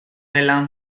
dela